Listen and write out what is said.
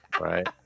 right